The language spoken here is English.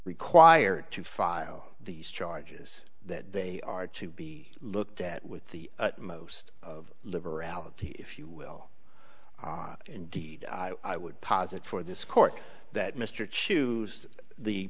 required to file these charges that they are to be looked at with the utmost of liberality if you will indeed i would posit for this court that mr choose the